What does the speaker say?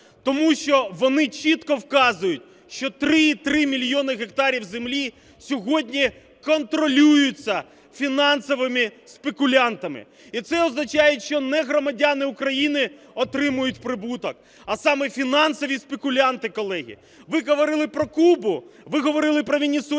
Тому що вони чітко вказують, що 3,3 мільйона гектарів землі сьогодні контролюються фінансовими спекулянтами. І це означає, що не громадяни України отримують прибуток, а саме фінансові спекулянти, колеги. Ви говорили про Кубу, ви говорили про Венесуелу,